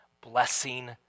Blessing